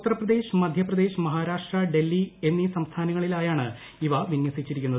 ഉത്തർ പ്രദേശ് മധ്യപ്രദേശ് മഹാരാഷ്ട്ര ഡൽഹി എന്നീ സംസ്ഥാനങ്ങളിലായാണ് ഇവ വിനൃസിച്ചിരി ക്കുന്നത്